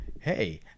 hey